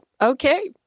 Okay